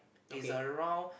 is around